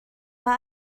mae